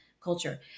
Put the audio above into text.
culture